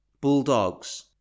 Bulldogs